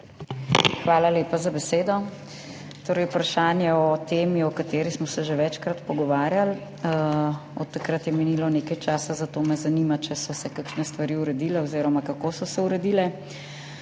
Hvala lepa za besedo. Vprašanje o temi, o kateri smo se že večkrat pogovarjali. Od takrat je minilo nekaj časa, zato me zanima, ali so se kakšne stvari uredile oziroma kako so se uredile.